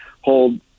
hold